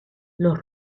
los